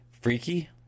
Freaky